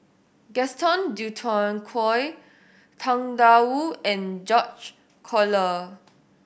Gaston Dutronquoy Tang Da Wu and George Collyer